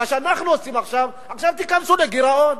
מה שאנחנו עושים עכשיו: עכשיו תיכנסו לגירעון.